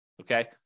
Okay